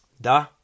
Da